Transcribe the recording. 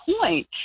point